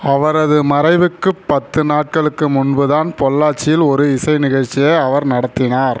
அவரது மறைவுக்கு பத்து நாட்களுக்கு முன்பு தான் பொள்ளாச்சியில் ஒரு இசை நிகழ்ச்சியை அவர் நடத்தினார்